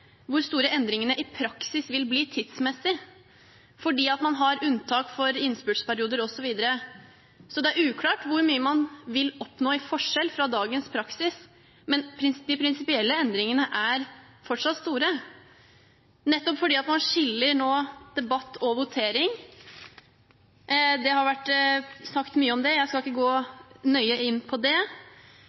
hvor store endringene i praksis vil bli tidsmessig fordi man har unntak for innspurtsperioder, osv. Så det er uklart hvor mye forskjell fra dagens praksis man vil oppnå, men de prinsipielle endringene er fortsatt store, nettopp fordi man heretter vil skille debatt og votering. Det har vært sagt mye om det, og jeg skal ikke gå så nøye inn på det.